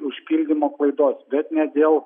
užpildymo klaidos bet ne dėl